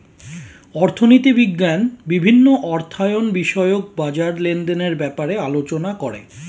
অর্থনীতি বিজ্ঞান বিভিন্ন অর্থায়ন বিষয়ক বাজার লেনদেনের ব্যাপারে আলোচনা করে